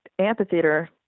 amphitheater